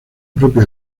propio